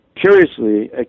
curiously